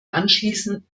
anschließend